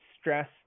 stress